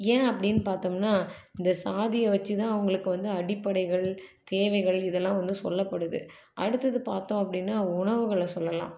ஏன் அப்படின்னு பார்த்தோம்னா இந்த சாதியை வச்சி தான் அவங்களுக்கு வந்து அடிப்படைகள் தேவைகள் இதெல்லாம் வந்து சொல்லப்படுது அடுத்தது பார்த்தோம் அப்படின்னா உணவுகளை சொல்லலாம்